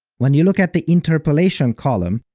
when you look at the interpolation column,